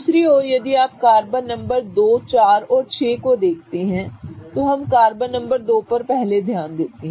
दूसरी ओर यदि आप कार्बन नंबर 2 4 और 6 देखते हैं तो हम कार्बन नंबर 2 पर ध्यान दें